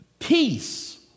Peace